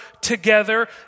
together